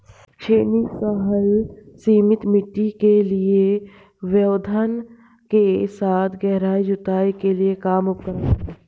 छेनी का हल सीमित मिट्टी के व्यवधान के साथ गहरी जुताई के लिए एक आम उपकरण है